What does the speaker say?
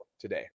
today